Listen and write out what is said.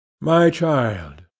my child,